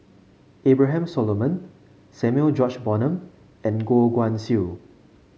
Abraham Solomon Samuel George Bonham and Goh Guan Siew